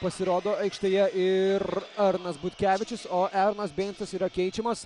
pasirodo aikštėje ir arnas butkevičius o eronas beincas yra keičiamas